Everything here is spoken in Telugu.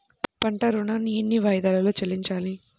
పంట ఋణాన్ని ఎన్ని వాయిదాలలో చెల్లించాలి?